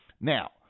Now